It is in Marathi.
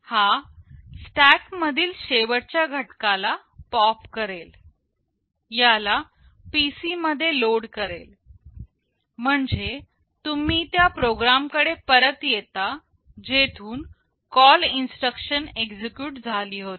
हा स्टॅक मधील शेवटच्या घटकाला पॉप करेल याला PC मध्ये लोड करेल म्हणजे तुम्ही त्या प्रोग्राम कडे परत येता जेथून कॉल इन्स्ट्रक्शन एक्झिक्युट झाली होती